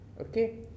okay